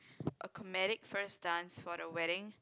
a comedic first dance for the wedding